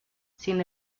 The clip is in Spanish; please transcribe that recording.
sin